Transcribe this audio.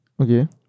Okay